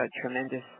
tremendous